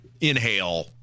inhale